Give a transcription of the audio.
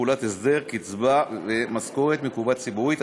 תחולת הסדר קצבה ומשכורת מקופה ציבורית),